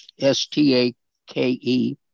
S-T-A-K-E